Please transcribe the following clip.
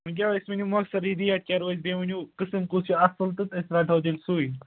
وُنہِ کیٛاہ اَسہِ نِمو سیوٚدُے ریٹ کیٛاہ روزِ بیٚیہِ ؤنِو قٔسٕم کُس چھُ اَصٕل تہٕ أسۍ رَٹو تیٚلہِ سُے